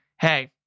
hey